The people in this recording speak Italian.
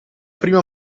prima